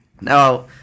Now